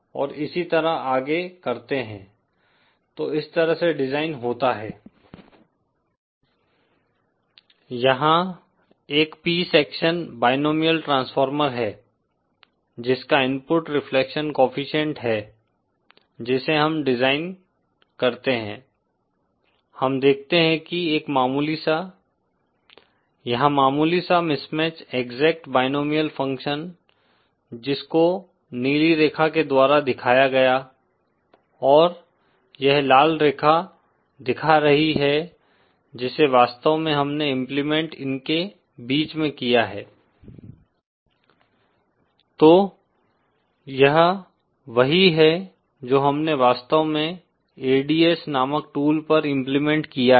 और इसी तरह आगे करते है तो इस तरह से डिजाइन होता है यहां एक P सेक्शन बायनोमिअल ट्रांसफार्मर है जिसका इनपुट रिफ्लेक्शन कोएफ़िशिएंट है जिसे हम डिजाइन करते हैं हम देखते हैं कि एक मामूली सा यहाँ मामूली सा मिसमैच एक्सेक्ट बायनोमिअल फ़ंक्शन जिसको नीली रेखा के द्वारा दिखाया गया और यह लाल रेखा दिखा रही है जिसे वास्तव में हमने इम्प्लीमेंट इनके बीच में किया है तो यह वही है जो हमने वास्तव में ADS नामक टूल पर इम्प्लीमेंट किया है